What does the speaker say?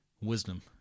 wisdom